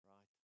Right